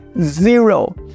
Zero